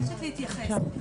אפשר.